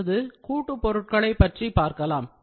அடுத்தது கூட்டுப் பொருட்களை பற்றி பார்க்கலாம்